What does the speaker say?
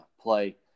play